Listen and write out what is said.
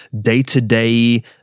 day-to-day